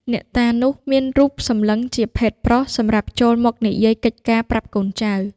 អ្នកតានោះ មានរូបសម្លឹងជាភេទប្រុស សម្រាប់ចូលមកនិយាយកិច្ចការប្រាប់កូនចៅ ។